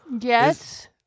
Yes